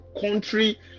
country